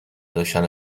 داشتن